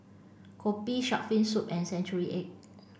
Kopi Shark Fin Soup and Century Egg